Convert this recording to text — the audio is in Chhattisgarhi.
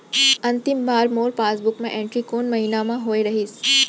अंतिम बार मोर पासबुक मा एंट्री कोन महीना म होय रहिस?